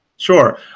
Sure